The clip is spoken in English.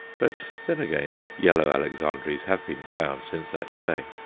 but then again yellow alexandraes have been found since that day.